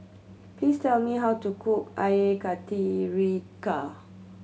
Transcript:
please tell me how to cook Air Karthira